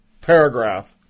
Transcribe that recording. paragraph